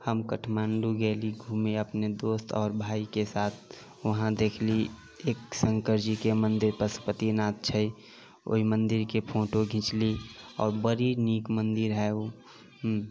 हम काठमाण्डु गेली घूमे अपने दोस्त आओर भायके साथ वहाँ देखली एक शङ्करजीके मन्दिर पशुपतिनाथ छै ओहि मन्दिरके फोटो घीचली आओर बड़ी नीक मन्दिर हइ ओ